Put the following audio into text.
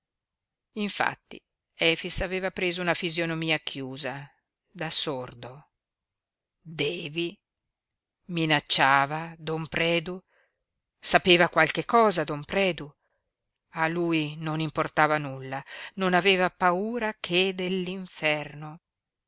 orecchie infatti efix aveva preso una fisionomia chiusa da sordo devi minacciava don predu sapeva qualche cosa don predu a lui non importava nulla non aveva paura che